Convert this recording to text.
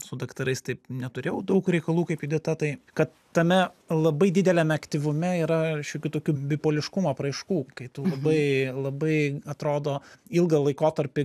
su daktarais taip neturėjau daug reikalų kaip judita tai kad tame labai dideliame aktyvume yra šiokių tokių bipoliškumo apraiškų kai tu labai labai atrodo ilgą laikotarpį